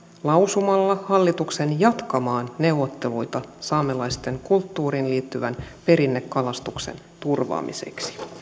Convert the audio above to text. lausumalla hallituksen jatkamaan neuvotteluita saamelaisten kulttuuriin liittyvän perinnekalastuksen turvaamiseksi